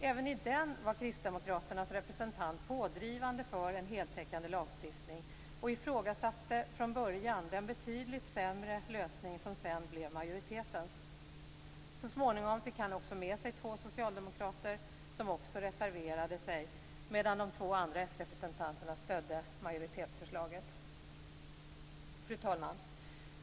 Även i den var Kristdemokraternas representant pådrivande för en heltäckande lagstiftning och ifrågasatte från början den betydligt sämre lösning som sedan blev majoritetens. Så småningom fick han med sig två socialdemokrater som också reserverade sig, medan de två andra srepresentanterna stödde majoritetsförslaget. Fru talman!